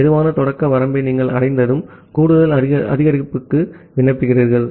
slow start வரம்பை நீங்கள் அடைந்ததும் கூடுதல் அதிகரிப்புக்கு விண்ணப்பிக்கிறீர்கள்